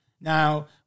Now